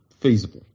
feasible